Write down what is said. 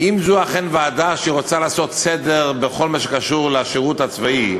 אם זו אכן ועדה שרוצה לעשות סדר בכל מה שקשור לשירות הצבאי.